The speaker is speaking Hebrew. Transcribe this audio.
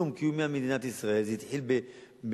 איום קיומי על מדינת ישראל: זה התחיל בעשרות,